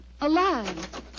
alive